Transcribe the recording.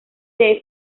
day